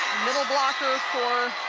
middle blocker for